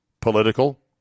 political